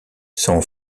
son